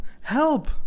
help